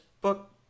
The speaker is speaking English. book